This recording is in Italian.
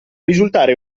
risultare